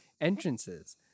Entrances